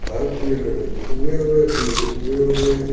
हर फील्ड में उहे उहे फील्ड